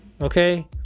okay